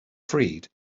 freed